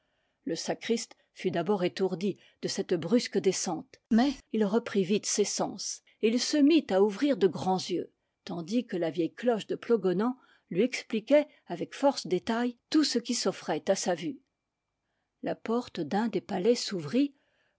le sacriste fut d'abord étourdi de cette brusque descente mais il reprit vite ses sens et il se mit'à ouvrir de grands yeux tandis que la vieille cloche de plogonan lui expliquait avec force détails tout ce qui s'offrait à sa vue la porte d'un des palais